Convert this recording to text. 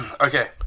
Okay